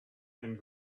and